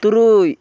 ᱛᱩᱨᱩᱭ